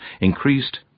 increased